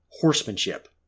horsemanship